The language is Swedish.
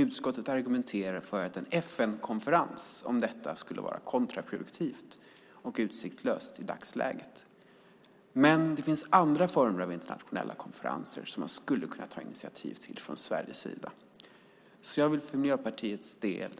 Utskottet argumenterar för att en FN-konferens om detta skulle vara kontraproduktivt och utsiktslöst i dagsläget. Det finns andra former av internationella konferenser som man från Sveriges sida skulle kunna ta initiativ till. Jag vill därför för Miljöpartiets del